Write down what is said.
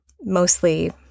mostly